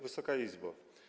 Wysoka Izbo!